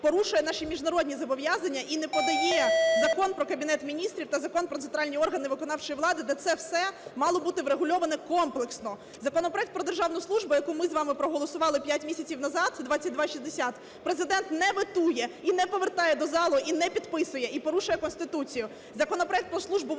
порушує наші міжнародні зобов'язання і не подає Закон "Про Кабінет Міністрів" та Закон "Про центральні органи виконавчої влади", де це все мало бути врегульоване комплексно. Законопроект про державну службу, який ми з вами проголосували п'ять місяців назад, (2260), Президент не ветує і не повертає до зали і не підписує, і порушує Конституцію. Законопроект про службу в органах